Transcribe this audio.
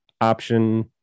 option